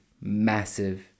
massive